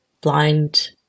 Blind